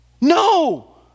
No